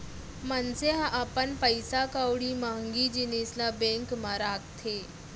मनसे ह अपन पइसा कउड़ी महँगी जिनिस ल बेंक म राखथे